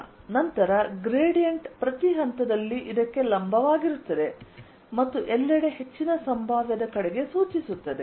ನಂತರ ಗ್ರೇಡಿಯಂಟ್ ಪ್ರತಿ ಹಂತದಲ್ಲಿ ಇದಕ್ಕೆ ಲಂಬವಾಗಿರುತ್ತದೆ ಮತ್ತು ಎಲ್ಲೆಡೆ ಹೆಚ್ಚಿನ ಸಂಭಾವ್ಯದ ಕಡೆಗೆ ಸೂಚಿಸುತ್ತದೆ